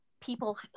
people